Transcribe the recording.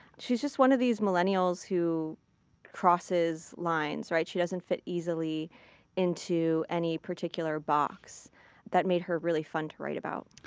she's just one of these millennials who crosses lines, right? she doesn't fit easily into any particular box that made her really fun to write about.